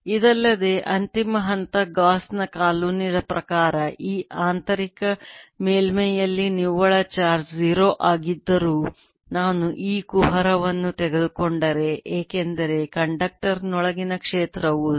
ಇದಲ್ಲದೆ ಅಂತಿಮ ಹಂತ ಗಾಸ್ ನ ಕಾನೂನಿನ ಪ್ರಕಾರ ಈ ಆಂತರಿಕ ಮೇಲ್ಮೈಯಲ್ಲಿ ನಿವ್ವಳ ಚಾರ್ಜ್ 0 ಆಗಿದ್ದರೂ ನಾನು ಈ ಕುಹರವನ್ನು ತೆಗೆದುಕೊಂಡರೆ ಏಕೆಂದರೆ ಕಂಡಕ್ಟರ್ ನೊಳಗಿನ ಕ್ಷೇತ್ರ 0